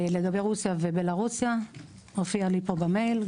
לגבי רוסיה ובלרוסיה הופיע לי פה במייל,